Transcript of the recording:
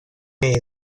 may